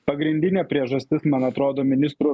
pagrindinė priežastis man atrodo ministrų